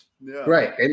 Right